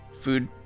food